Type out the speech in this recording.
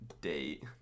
date